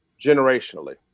generationally